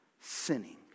sinning